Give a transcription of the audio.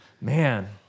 man